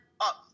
up